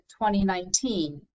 2019